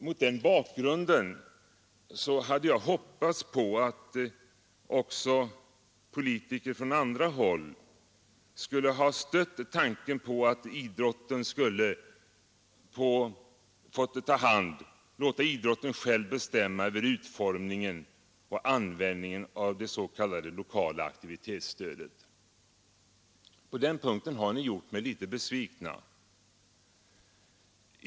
Mot den bakgrunden hade jag hoppats på att också politiker från andra håll skulle ha stött tanken på att låta idrotten själv bestämma över utformningen och användningen av det s.k. lokala aktivitetsstödet. På den punkten har ni gjort mig litet besviken.